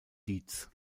dietz